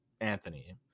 Anthony